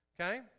Okay